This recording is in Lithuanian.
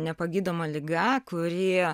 nepagydoma liga kuri